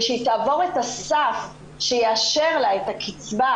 שהיא תעבור את הסף שיאשר לה את הקצבה